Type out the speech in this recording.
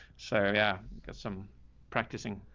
so yeah. got some practicing.